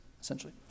essentially